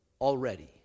already